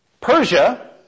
Persia